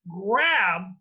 grab